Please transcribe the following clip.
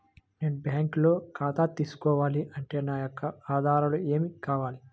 నేను బ్యాంకులో ఖాతా తీసుకోవాలి అంటే నా యొక్క ఆధారాలు ఏమి కావాలి?